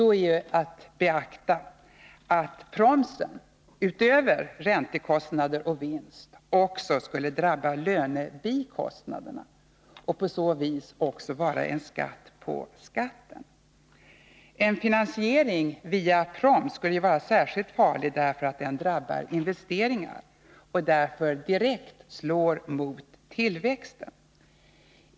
Då är att beakta att promsen utöver räntekostnader och vinst också skulle drabba lönebikostnaderna och på så sätt vara en skatt på skatten. En finansiering via proms skulle vara särskilt farlig, därför att den drabbar investeringarna och således slår direkt mot tillväxten.